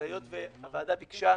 אבל היות שהוועדה ביקשה,